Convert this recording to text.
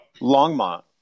Longmont